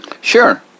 Sure